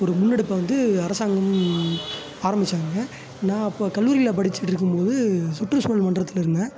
ஒரு முன்னெடுப்பை வந்து அரசாங்கம் ஆரம்பித்தாங்க நான் அப்போது கல்லூரியில் படிச்சுக்கிட்டு இருக்கும்போது சுற்றுச்சூழல் மன்றத்தில் இருந்தேன்